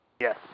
Yes